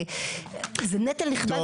וזה נטל נכבד.